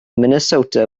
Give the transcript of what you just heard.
minnesota